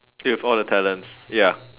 with all the talents ya